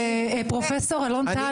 אבל פרופסור אלון טל